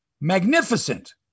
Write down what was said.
Magnificent